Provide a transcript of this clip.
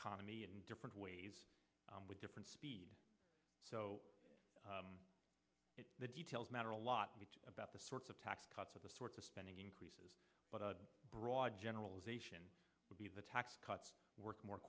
economy in different ways with different speeds so the details matter a lot about the sorts of tax cuts of the sorts of spending increases but a broad generalization would be the tax cuts work more